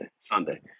Sunday